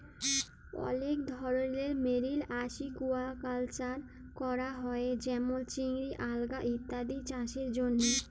অলেক ধরলের marine aquaculture ক্যরা হ্যয়ে যেমল চিংড়ি, আলগা ইত্যাদি চাসের জন্হে